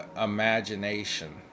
imagination